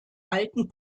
alten